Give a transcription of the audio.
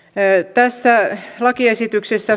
tässä lakiesityksessä